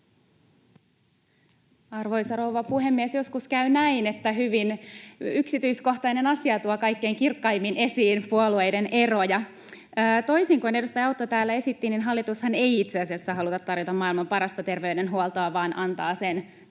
Arvoisa rouva puhemies! Joskus käy näin, että hyvin yksityiskohtainen asia tuo kaikkein kirkkaimmin esiin puolueiden eroja. Toisin kuin edustaja Autto täällä esitti, hallitushan ei itse asiassa halua tarjota maailman parasta terveydenhuoltoa vaan antaa sen tässä